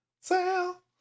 Sail